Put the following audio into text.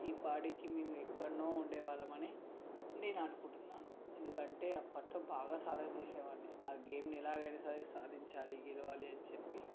ఈపాటికి మేము ఎక్కన్నో ఉండేవాళ్ళమని నేను అనుకుంటున్నాను ఎందుకంటే అప్పట్లో బాగా సాధన చేసేవాడిని ఆ గేమ్ని ఎలాగైనా సరే సాధించాలి గెలవాలి అని చెప్పి